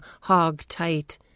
hog-tight